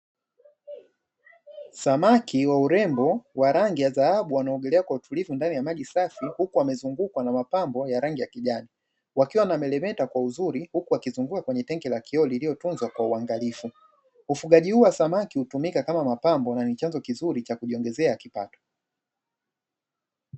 Samaki wa urembo wa rangi ya dhahabu wanaogelea kwa utulivu ndani ya maji safi, huku wamezungukwa na mapambo ya rangi ya kijani, wakiwa wanameremeta kwa uzuri huku wakizunguka kwenye tenki la kioo lililotunzwa kwa uangalifu. Ufugaji huo wa samaki hutumika kama mapambo na ni chanzo kizuri cha kujiongezea kipato.